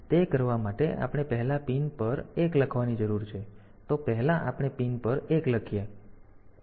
તેથી તે કરવા માટે આપણે પહેલા પિન પર 1 લખવાની જરૂર છે તો પહેલા આપણે આ પિન પર 1 લખીએ